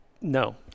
No